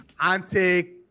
Ante